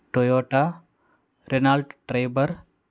Toyota Renault Triber